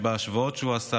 וההשוואות שהוא עשה,